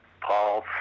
Paul